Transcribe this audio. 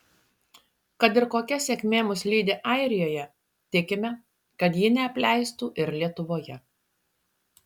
kad ir kokia sėkmė mus lydi airijoje tikime kad ji neapleistų ir lietuvoje